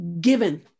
given